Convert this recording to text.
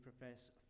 profess